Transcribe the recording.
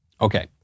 Okay